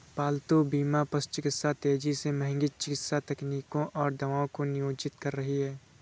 पालतू बीमा पशु चिकित्सा तेजी से महंगी चिकित्सा तकनीकों और दवाओं को नियोजित कर रही है